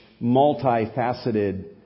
multifaceted